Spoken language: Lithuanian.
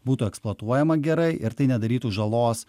būtų eksploatuojama gerai ir tai nedarytų žalos